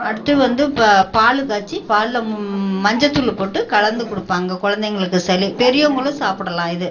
அடுத்து வந்து பா பால் காய்ச்சி பாலில் மஞ்சத்தூள் போட்டு கலந்துக் கொடுப்பாங்க குழந்தைங்களுக்கு சளி பெரியவங்களும் சாப்பிடலாம் இது